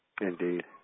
Indeed